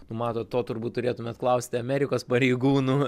nu matot to turbūt turėtumėt klausti amerikos pareigūnų